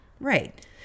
Right